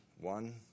One